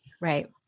Right